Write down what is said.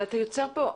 אבל אתה יוצר פה,